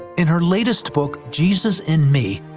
in her latest book jesus in me,